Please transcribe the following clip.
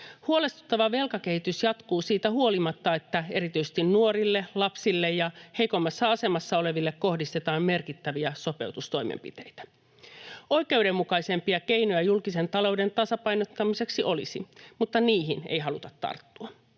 Huolestuttava velkakehitys jatkuu siitä huolimatta, että erityisesti nuorille, lapsille ja heikommassa asemassa oleville kohdistetaan merkittäviä sopeutustoimenpiteitä. Oikeudenmukaisempia keinoja julkisen talouden tasapainottamiseksi olisi, mutta niihin ei haluta tarttua.